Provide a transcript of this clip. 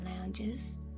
lounges